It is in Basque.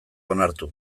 onartu